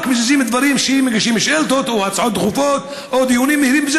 מזיזים דברים רק אם מגישים שאילתות או הצעות דחופות או דיונים מהירים,